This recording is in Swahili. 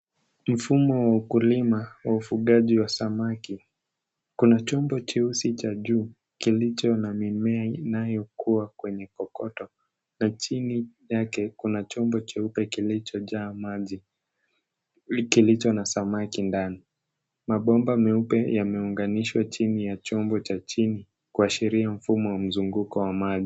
Mfumo wa ukulima wa ufugaji wa samaki. Kuna chondo cheusi cha juu kilicho na mimea inayokua kwenye kokoto. Na chini yake kuna chondo cheupe kilichojaa maji. kilicho na samaki ndani. Mabomba meupe yameunganishwa chini ya chombo cha chini kuashiria mfumo wa mzunguko wa maji.